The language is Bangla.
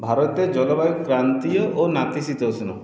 ভারতের জলবায়ু ক্রান্তীয় ও নাতিশীতোষ্ণ